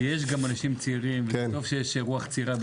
יש גם אנשים צעירים, אני שמח שיש רוח צעירה בכנסת.